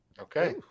Okay